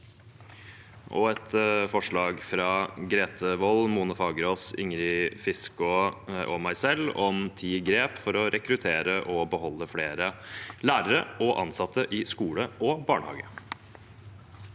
representantene Grete Wold, Mona Fagerås, Ingrid Fiskaa og meg selv om ti grep for å rekruttere og beholde flere lærere og ansatte i skole og barnehage.